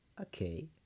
okay